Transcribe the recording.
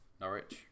Norwich